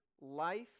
life